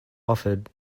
offered